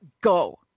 go